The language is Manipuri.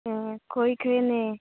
ꯑꯣ ꯀꯨꯏꯈ꯭ꯔꯦꯅꯦ